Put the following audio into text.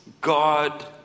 God